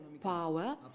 power